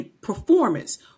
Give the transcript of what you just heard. performance